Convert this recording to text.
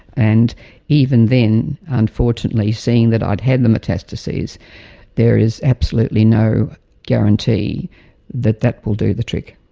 and even then unfortunately seeing that i had had the metastases there is absolutely no guarantee that that will do the trick.